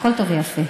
הכול טוב ויפה.